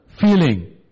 feeling